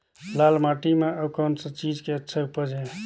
लाल माटी म अउ कौन का चीज के अच्छा उपज है?